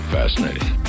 Fascinating